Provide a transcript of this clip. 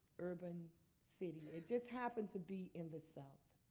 urban city. it just happened to be in the south.